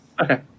Okay